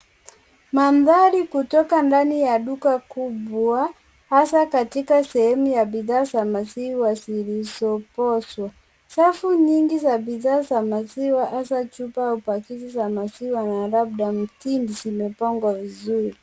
Mandhari kutoka ndani ya duka kubwa hasa katika sehemu ya bidhaa za maziwa zikizokoswa . Safu nyingi za bidhaa za maziwa hasa chupa au pakiti za maziwa na labda mtindi zimepangwa vizuri.